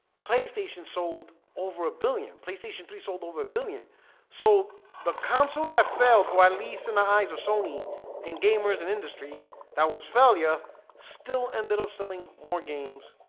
playstation sold over a billion playstation three sold over a billion so the council that felt or at least in the eyes or sony and gamers and industry that was failure still ended up selling more games